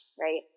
Right